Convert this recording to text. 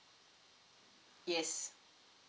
yes